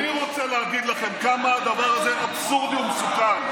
אני רוצה להגיד לכם כמה הדבר הזה אבסורדי ומסוכן.